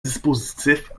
dispositif